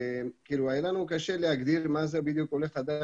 היה לנו קשה להגדיר מה זה בדיוק עולה חדש,